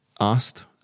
asked